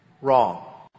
Wrong